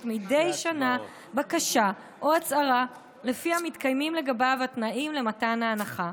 מדי שנה בקשה או הצהרה שלפיה מתקיימים לגביו התנאים למתן ההנחה.